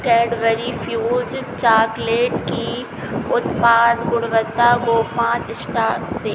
Cadbury Fuse chocolate की उत्पाद गुणवत्ता को पांच स्टार दें